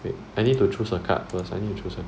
okay I need to choose a card first I need choose a card